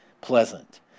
pleasant